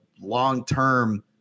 long-term